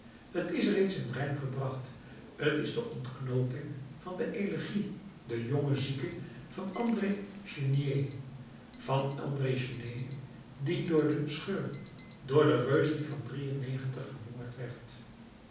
t is reeds in rijm gebracht t is de ontknooping van de elegie de jonge zieke van andré chénier van andré chénier die door de schur door de reuzen van vermoord werd